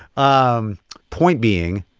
um point being.